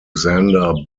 xander